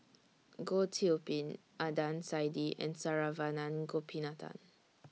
Goh Qiu Bin Adnan Saidi and Saravanan Gopinathan